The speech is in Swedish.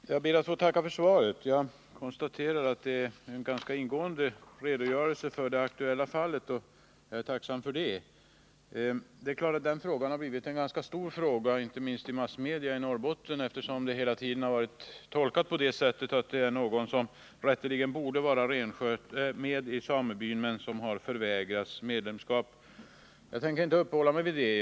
Herr talman! Jag ber att få tacka jordbruksministern för svaret. Jag konstaterar att det innehåller en ganska ingående redogörelse för det aktuella fallet, och jag är tacksam för det. Det är klart att det har blivit en ganska stor fråga, inte minst i massmedia i Norrbotten, eftersom läget hela tiden varit tolkat på det sättet att det handlar om någon som rätteligen borde vara med i samebyn men som har förvägrats medlemskap. Jag tänker inte uppehålla mig vid det.